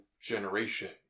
generation